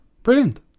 Brilliant